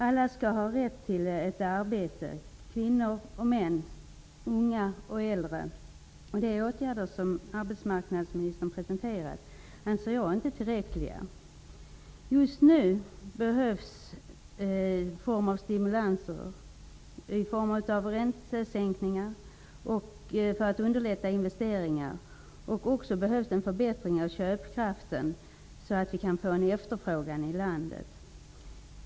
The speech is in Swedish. Alla skall ha rätt till ett arbete -- kvinnor och män, unga och äldre. De åtgärder som arbetsmarknadsministern presenterade anser jag inte tillräckliga. Just nu behövs stimulanser i form av räntesänkningar för att underlätta investeringar. Det behövs också en förbättring av köpkraften, så att vi kan få en efterfrågan i landet.